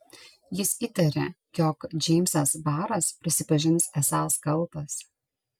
jis įtarė jog džeimsas baras prisipažins esąs kaltas